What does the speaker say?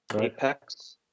Apex